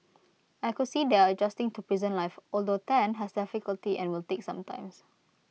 I could see they are adjusting to prison life although Tan has difficulty and will take some time